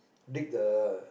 dig the